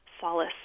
solace